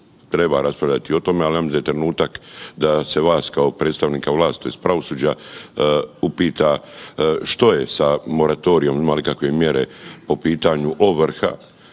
treba raspravljati o tome, ali ja mislim da je trenutak da se vas kao predstavnika vlasti iz pravosuđa upita što je sa moratorijem ima li ikakve mjere po pitanju ovrha